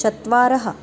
चत्वारः